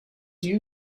you